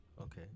okay